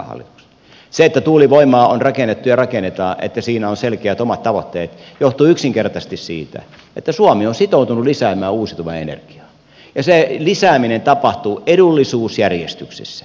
se että tuulivoimaa on rakennettu ja rakennetaan että siinä on selkeät omat tavoitteet johtuu yksinkertaisesti siitä että suomi on sitoutunut lisäämään uusiutuvaa energiaa ja se lisääminen tapahtuu edullisuusjärjestyksessä